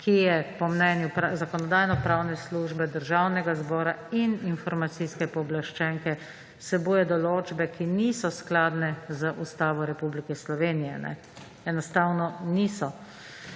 ki po mnenju Zakonodajno-pravne službe Državnega zbora in informacijske pooblaščenke vsebuje določbe, ki niso skladne z Ustavo Republike Slovenije, enostavno niso.